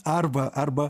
arba arba